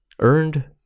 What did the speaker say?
earned